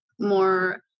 more